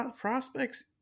prospects